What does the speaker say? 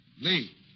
Lee